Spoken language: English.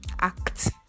act